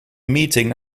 meeting